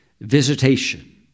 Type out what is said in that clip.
visitation